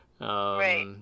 Right